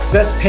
Best